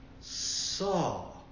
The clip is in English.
saw